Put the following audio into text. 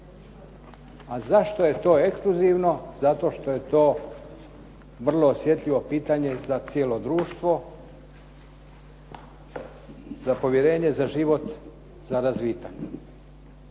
A zašto je to ekskluzivno? Zato što je to vrlo osjetljivo pitanje za cijelo društvo, za povjerenje za život, za razvitak.